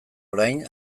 orain